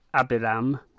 Abiram